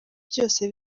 byose